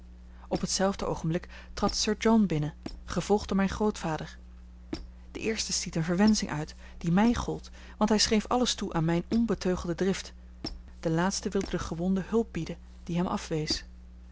op hetzelfde oogenblik trad sir john binnen gevolgd door mijn grootvader de eerste stiet eene verwensching uit die mij gold want hij schreef alles toe aan mijne onbeteugelde drift de laatste wilde den gewonde hulp bieden die hem afwees